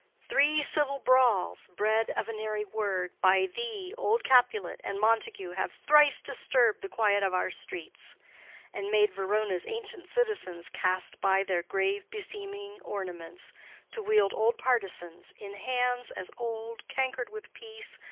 three civil brawls, bred of an airy word by thee, old capulet, and montague, have thrice disturb'd the quiet of our streets and made verona's ancient citizens cast by their grave beseeming ornaments to wield old partisans, in hands as old, cank'red with peace,